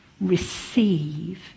receive